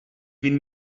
vint